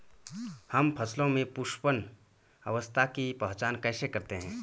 हम फसलों में पुष्पन अवस्था की पहचान कैसे करते हैं?